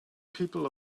people